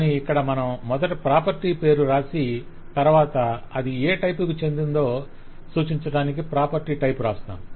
కానీ ఇక్కడ మనం మొదట ప్రాపర్టీ పేరు వ్రాసి తరువాత అది ఏ టైప్ కి చెందినదో సూచించటానికి ప్రాపర్టీ టైపు వ్రాస్తాము